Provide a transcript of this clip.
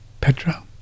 Petra